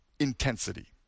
intensity